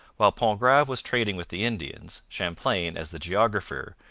while pontgrave was trading with the indians, champlain, as the geographer,